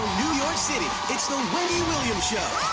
new york city it's the wendy williams show.